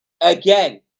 again